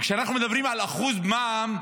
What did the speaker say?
וכשאנחנו מדברים על אחוז מע"מ,